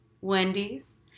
Wendy's